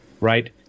right